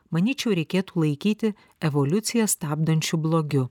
manyčiau reikėtų laikyti evoliuciją stabdančiu blogiu